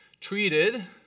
treated